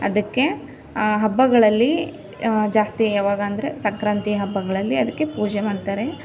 ಅದಕ್ಕೆ ಹಬ್ಬಗಳಲ್ಲಿ ಜಾಸ್ತಿ ಯಾವಾಗೆಂದ್ರೆ ಸಕ್ರಾಂತಿ ಹಬ್ಬಗಳಲ್ಲಿ ಅದಕ್ಕೆ ಪೂಜೆ ಮಾಡ್ತಾರೆ